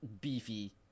beefy